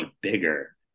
bigger